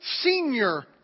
senior